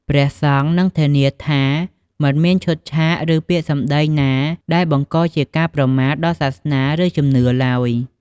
ព្រះសង្ឃនឹង ធានាថាមិនមានឈុតឆាក ឬពាក្យសម្ដីណាដែលបង្កជាការប្រមាថដល់សាសនា ឬជំនឿ ឡើយ។